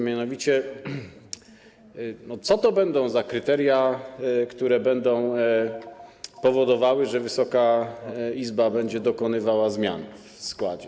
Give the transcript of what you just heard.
Mianowicie, co to będą za kryteria, które będą powodowały, że Wysoka Izba będzie dokonywała zmian w składzie.